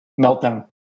meltdown